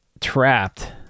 trapped